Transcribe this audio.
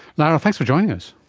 lara, thanks for joining us.